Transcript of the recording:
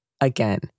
Again